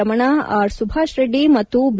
Ramana R Subhash Reddy ಮತ್ತು B